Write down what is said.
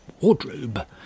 wardrobe